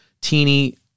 teeny